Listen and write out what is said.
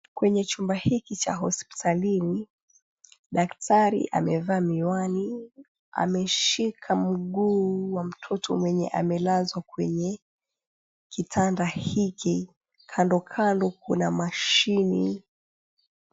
Kwenye chumba hiki cha hosptalini daktari amevaa miwani. Ameshika mguu wa mtoto mwenye amelazwa kwenye kitanda hiki kando kuna mashine.